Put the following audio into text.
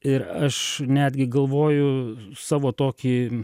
ir aš netgi galvoju savo tokį